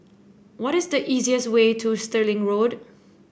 what is the easiest way to Stirling Road